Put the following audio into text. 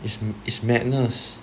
is is madness